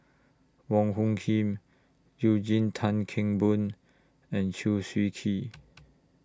Wong Hung Khim Eugene Tan Kheng Boon and Chew Swee Kee